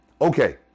Okay